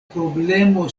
problemo